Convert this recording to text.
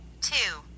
two